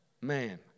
man